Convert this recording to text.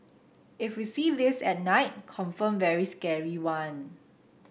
if we see this at night confirm very scary one